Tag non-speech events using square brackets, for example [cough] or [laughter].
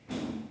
[noise]